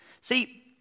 See